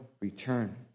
return